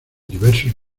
diversos